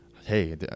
Hey